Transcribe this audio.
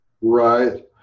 Right